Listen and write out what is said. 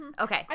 Okay